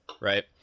right